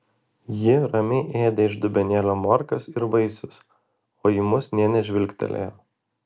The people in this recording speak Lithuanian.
ji ramiai ėdė iš dubenėlio morkas ir vaisius o į mus nė nežvilgtelėjo